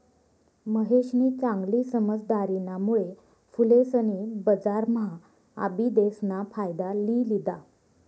महेशनी चांगली समझदारीना मुळे फुलेसनी बजारम्हा आबिदेस ना फायदा लि लिदा